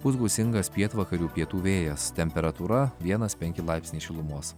pūs gūsingas pietvakarių pietų vėjas temperatūra vienas penki laipsniai šilumos